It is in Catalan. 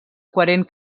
coherent